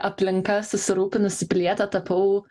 aplinka susirūpinusi piliete tapau